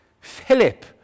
Philip